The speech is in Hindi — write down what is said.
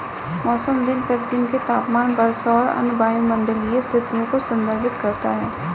मौसम दिन प्रतिदिन के तापमान, वर्षा और अन्य वायुमंडलीय स्थितियों को संदर्भित करता है